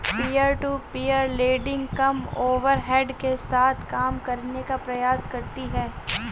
peer to peer lending कम overhead के साथ काम करने का प्रयास करती हैं